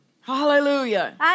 Hallelujah